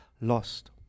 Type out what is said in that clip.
lost